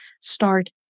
start